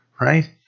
right